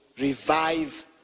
revive